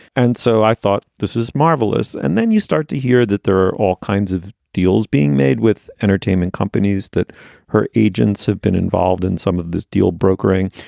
and so i thought, this is marvellous. and then you start to hear that there are all kinds of deals being made with entertainment companies that her agents have been involved in some of this deal brokering.